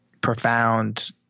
profound